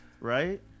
Right